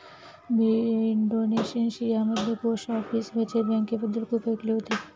मी इंडोनेशियामध्ये post office बचत बँकेबद्दल खूप ऐकले होते